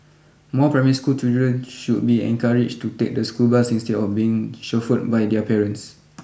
more primary school children should be encouraged to take the school bus instead of being chauffeured by their parents